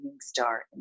star